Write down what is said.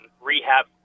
rehab